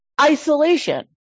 isolation